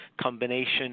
combination